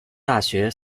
大学